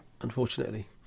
unfortunately